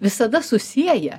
visada susieja